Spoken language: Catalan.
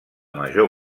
major